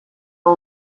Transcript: hau